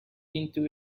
into